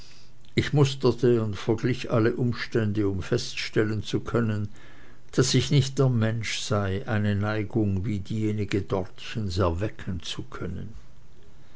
ich musterte und verglich alle umstände um feststellen zu können daß ich nicht der mensch sei eine neigung wie diejenige dortchens erwecken zu können